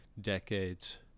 decades